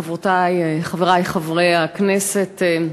חברותי וחברי חברי הכנסת,